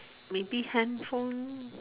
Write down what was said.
maybe handphone